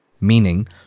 Meaning